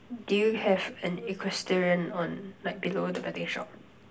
do you have an equestrian on like below the betting shop